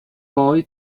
poi